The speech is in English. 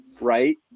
right